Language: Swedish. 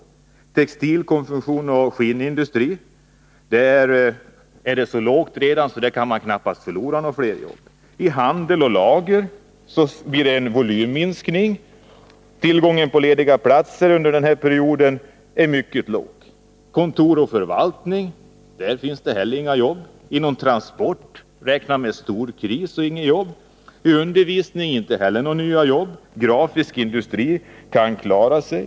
När det gäller textil-, konfektionsoch skinnindustri är sysselsättningen redan så låg att man där knappast kan förlora några fler jobb. För handel och lager blir det en volymminskning. Tillgången på lediga platser under den här perioden är mycket låg. Inom kontor och förvaltning finns det inte heller några jobb. Transportnäringen räknar med stor kris och inga jobb. Inom undervisningen blir det inte heller några nya jobb. Grafisk industri kan klara sig.